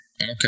okay